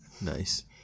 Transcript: Nice